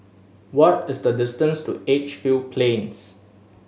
what is the distance to Edgefield Plains